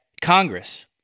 Congress